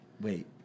Wait